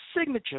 signature